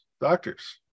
Doctors